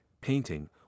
painting